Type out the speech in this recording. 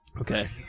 Okay